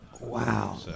Wow